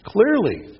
Clearly